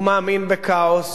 הוא מאמין בכאוס.